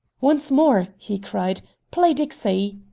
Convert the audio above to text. once more, he cried, play dixie!